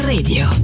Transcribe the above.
Radio